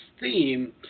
theme